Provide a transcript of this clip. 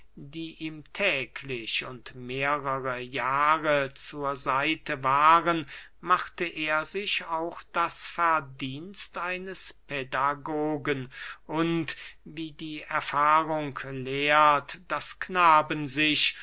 die ihm täglich und mehrere jahre zur seite waren machte er sich auch das verdienst eines pädagogen und wie die erfahrung lehrt daß knaben sich